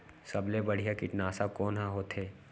सबले बढ़िया कीटनाशक कोन ह होथे?